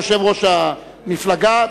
יושב-ראש המפלגה,